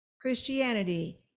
Christianity